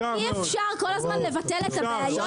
אי-אפשר כל הזמן לבטל את הבעיות האמיתיות.